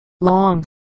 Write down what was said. long